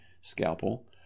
scalpel